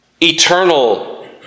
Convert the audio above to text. eternal